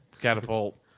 catapult